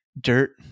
dirt